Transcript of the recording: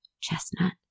Chestnut